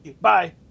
Bye